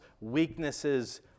weaknesses